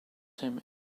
him